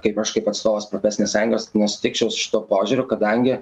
kaip aš kaip atstovas profesinės sąjungos nesutikčiau su šituo požiūriu kadangi